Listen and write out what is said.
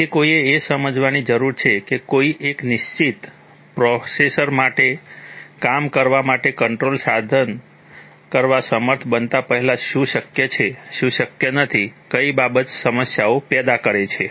તેથી કોઈએ એ સમજવાની જરૂર છે કે કોઈ એક નિશ્ચિત પ્રોસેસ માટે કામ કરવા માટે કંટ્રોલ સાધના કરવા સમર્થ બનતાં પહેલાં શું શક્ય છે શું શક્ય નથી કઈ બાબત સમસ્યાઓ પેદા કરે છે